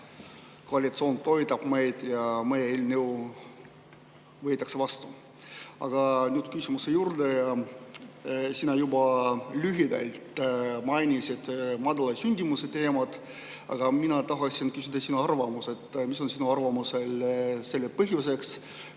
koalitsioon toetab meid ja meie eelnõu võetakse [seadusena] vastu. Aga nüüd küsimuse juurde. Sa juba lühidalt mainisid madala sündimuse teemat, aga mina tahaksin küsida sinu arvamust, mis on sinu arvates selle põhjuseks.